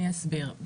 אני אסביר.